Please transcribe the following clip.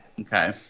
Okay